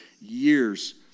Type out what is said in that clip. years